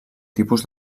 tipus